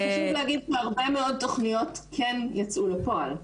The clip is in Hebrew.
רק חשוב להגיד שהרבה מאוד תוכניות כן יצאו לפועל.